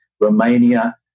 Romania